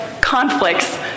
conflicts